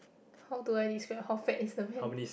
how do I describe how fat is the man